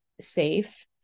safe